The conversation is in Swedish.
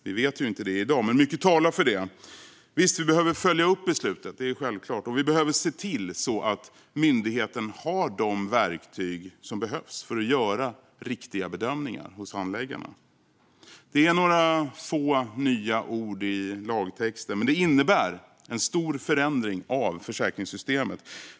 Det vet vi inte i dag, men mycket talar för det. Vi behöver givetvis följa upp beslutet och se till att myndigheten har de verktyg som behövs för att handläggarna ska kunna göra riktiga bedömningar. Det är några få nya ord i lagtexten, men de innebär en stor förändring i försäkringssystemet.